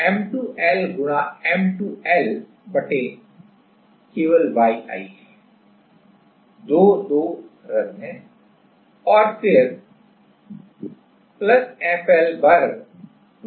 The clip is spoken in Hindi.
तो यह M2 L M2 L केवल YI है 2 2 रद्द है और फिर FL वर्ग 2YI है